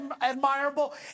admirable